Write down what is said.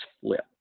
flipped